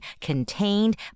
contained